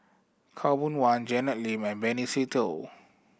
Khaw Boon Wan Janet Lim and Benny Se Teo